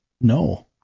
no